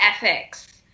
ethics